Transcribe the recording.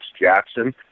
Jackson